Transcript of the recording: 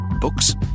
Books